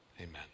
Amen